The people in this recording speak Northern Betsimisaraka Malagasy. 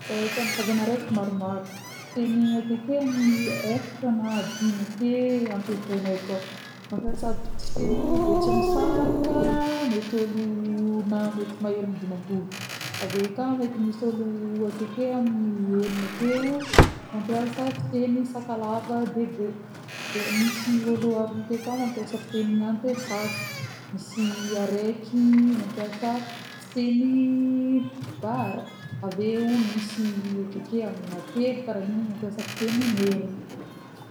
Zahe fianakaviagna reka maromaro, fiteny akeke amina efatra na dimy ake ampeseneh akô. Mampiasa fiteny Betsimisaraka mety ôlo na mety maherin'ny dimampolo, avy akao mety misy olo akeke amin'ny enigna akeo mampiasa fiteny Sakalava-Diègo, de misy ôlo aroa ake koa mampiasa fiteny Antesaka, misy areky mampiasa fiteny Bara, avy eo misy akeke amina telo karan'igny mampiasa fiteny Merina.